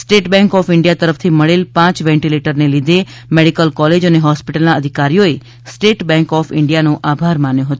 state Bank of India તરફથી મળેલ પાંચ વેન્ટીલેટરને લીધે મેડીકલ કોલેજ અને હોસ્પિટલના અધિકારીઓએ સ્ટેટ બેન્ક ઓફ ઇન્ડીયાનો આભાર માન્યો હતો